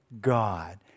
God